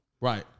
right